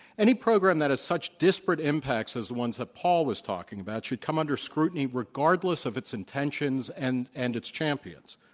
any program that has such disparate impacts as the ones that paul was talking about should come under scrutiny regardless of its intentions and and its champions.